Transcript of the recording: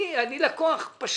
אני לקוח פשוט.